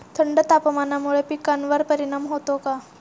थंड तापमानामुळे पिकांवर परिणाम होतो का?